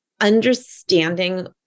understanding